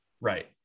Right